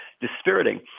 dispiriting